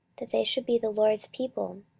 that they should be the lord's people.